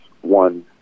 one